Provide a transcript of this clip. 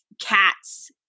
cats